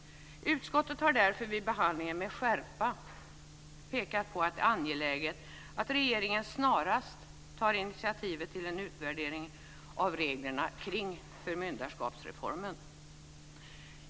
Utskottet har därför vid behandlingen med skärpa pekat på att det är angeläget att regeringen snarast tar initiativ till en utvärdering av reglerna om förmyndarskap m.m.